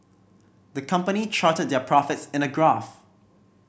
the company charted their profits in a graph